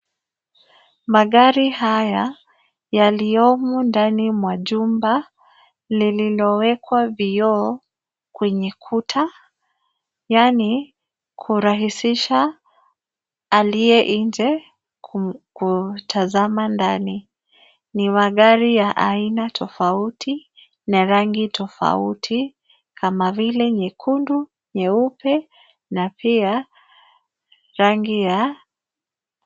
Magari haya, yaliyomo ndani mwa jumba lililowekwa vioo, kwenye kuta, yaani kurahisisha aliye nje, kuutazama ndani. Ni magari ya aina tofauti na rangi tofauti, kama vile nyekundu, nyeupe na pia rangi ya.